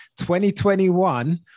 2021